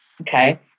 Okay